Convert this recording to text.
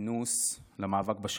בכינוס למאבק בשחיתות,